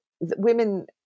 women